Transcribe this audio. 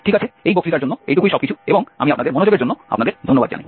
ঠিক আছে এই বক্তৃতার জন্য এটুকুই সবকিছু এবং আমি আপনাদের মনোযোগের জন্য আপনাদের ধন্যবাদ জানাই